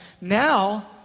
Now